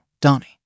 Donnie